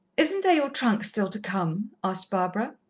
isn't there your trunk still to come? asked barbara.